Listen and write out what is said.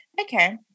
Okay